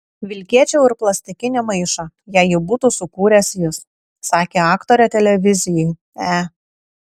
vilkėčiau ir plastikinį maišą jei jį būtų sukūręs jis sakė aktorė televizijai e